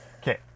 okay